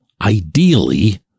ideally